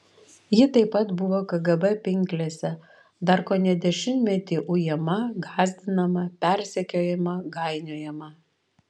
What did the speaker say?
ji taip pat buvo kgb pinklėse dar kone dešimtmetį ujama gąsdinama persekiojama gainiojama